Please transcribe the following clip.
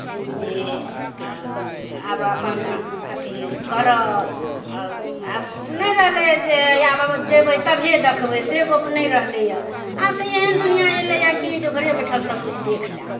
जे आब अपन अथी करऽ आब नहि रहलय जे आब अगर जेबय तभिये देखबय से गप नहि रहलय हँ आब तऽ एहन दुनिआँ एलय हँ की जे घरे बैठल सब किछु देख लऽ